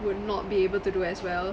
would not be able to do as well